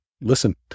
listen